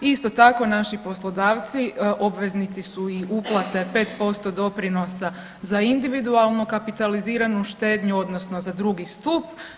Isto tako naši poslodavci obveznici su i uplate 5% doprinosa za individualno kapitaliziranu štednju odnosno za drugi stup.